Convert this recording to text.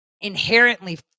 inherently